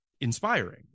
inspiring